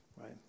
Right